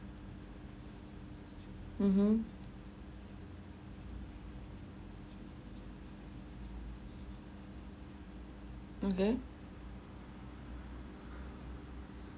mmhmm okay